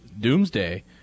doomsday